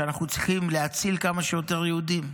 שאנחנו צריכים להציל כמה שיותר יהודים.